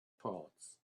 parts